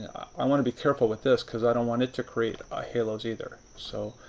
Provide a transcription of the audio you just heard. i want to be careful with this because i don't want it to create ah halos either. so,